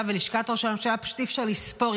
ולשכת ראש הממשלה פשוט אי-אפשר לספור,